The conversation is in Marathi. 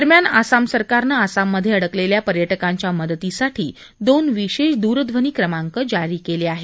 दरम्यान आसाम सरकारनं आसाममधे अडकलेल्या पर्यटकांच्या मदतीसाठी दोन विशेष दूरध्वनी क्रमांक जाहीर केले आहेत